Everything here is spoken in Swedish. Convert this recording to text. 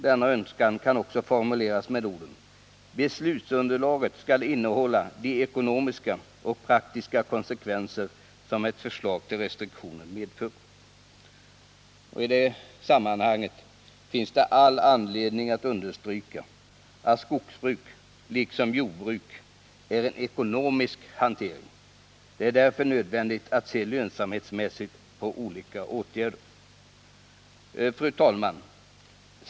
Denna önskan kan också formuleras med orden: Beslutsunderlaget skall innehålla de ekonomiska och praktiska konsekvenser som ett förslag till restriktion medför. I det sammanhanget finns det all anledning att understryka att skogsbruk liksom jordbruk är en ekonomisk hantering. Det är därför nödvändigt att se lönsamhetsmässigt på olika åtgärder. Fru talman!